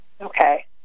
Okay